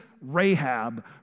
Rahab